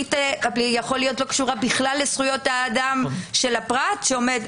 היא יכולה להיות לא קשורה בכלל לזכויות האדם של הפרט שעומד,